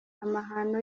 amahano